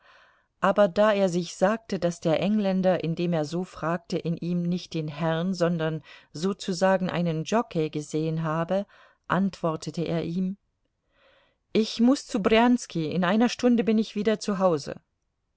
aber da er sich sagte daß der engländer indem er so fragte in ihm nicht den herrn sondern sozusagen einen jockei gesehen habe antwortete er ihm ich muß zu brjanski in einer stunde bin ich wieder zu hause